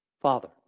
Father